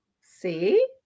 See